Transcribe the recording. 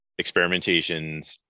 experimentations